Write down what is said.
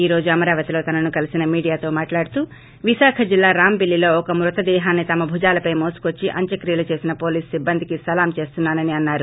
ఈరోజు అమరావతిలో తనను కలిసిన మీడియాతో మాట్లాడుతూ విశాఖ జిల్లా రాంబిల్లిలో ఒక మృత దేహాన్సి తమ భుజాలపై మోసుకొచ్చి అంత్యక్రియలు చేసిన పోలీసు సిబ్బందికి సలాం చేస్తున్నాని అన్నారు